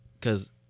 Cause